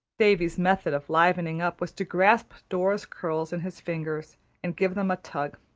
davy's method of livening up was to grasp dora's curls in his fingers and give them a tug.